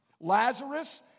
Lazarus